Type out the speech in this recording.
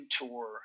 tour